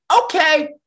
okay